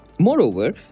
Moreover